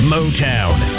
Motown